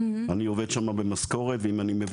אני עובד שמה במשכורת ואם אני מביא